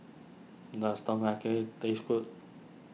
does Tom Kha Gai taste good